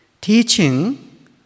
Teaching